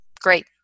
Great